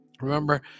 remember